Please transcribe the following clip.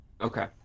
Okay